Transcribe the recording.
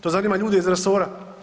To zanima ljude iz resora.